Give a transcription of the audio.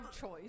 choice